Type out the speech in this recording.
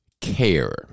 care